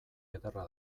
ederra